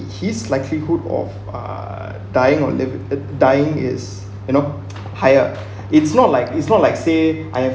his likelihood of uh dying on the the uh dying is you know higher it's not like it's not like say I